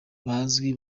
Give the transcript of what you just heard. bazwi